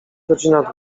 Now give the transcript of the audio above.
godzina